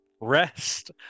rest